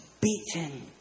beaten